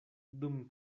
dum